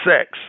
Sex